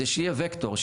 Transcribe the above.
שיהיה ווקטור,